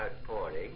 outpouring